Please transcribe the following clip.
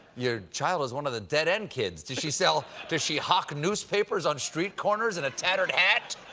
your child is one of the dead end kids. does she so does she hock newspapers on street corners in a tattered hat?